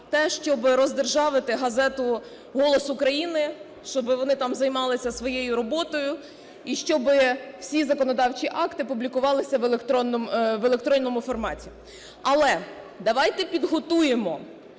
те, щоби роздержавити газету "Голос України", щоб вони там займалися своєю роботою. І щоб всі законодавчі акти публікувалися в електронному форматі. Але давайте підготуємо